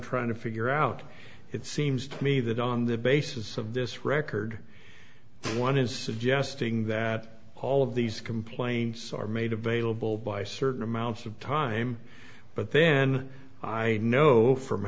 trying to figure out it seems to me that on the basis of this record one is suggesting that all of these complaints are made available by certain amounts of time but then i know from